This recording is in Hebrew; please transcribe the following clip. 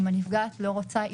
אם הנפגעת לא רוצה,